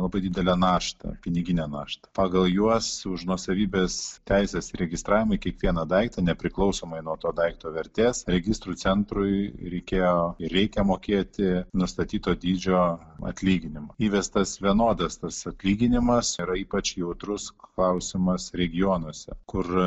labai didelę naštą piniginę naštą pagal juos už nuosavybės teises registravimui kiekvieną daiktą nepriklausomai nuo to daikto vertės registrų centrui reikėjo ir reikia mokėti nustatyto dydžio atlyginimą įvestas vienodas tas atlyginimas yra ypač jautrus klausimas regionuose kur